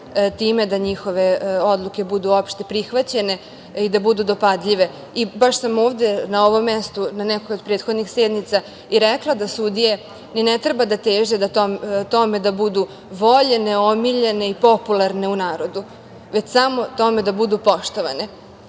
time da njihove odluke budu opšte prihvaćene i da budu dopadljive. Baš sam ovde na ovom mestu, na nekoj od prethodnih sednica i rekla da sudije ni ne treba da teže ka tome da budu voljene, omiljene i popularne u narodu, već samo tome da budu poštovane.